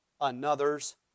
another's